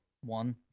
one